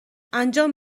انجام